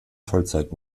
vollzeit